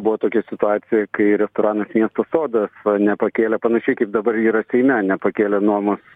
buvo tokia situacija kai restoranas miesto soda nepakėlė panašiai kaip dabar yra seime nepakėlė nuomos